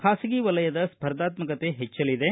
ಖಾಸಗಿ ವಲಯದ ಸ್ಪರ್ಧಾತ್ಮಕತೆ ಹೆಚ್ಚಲಿದೆ